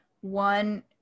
one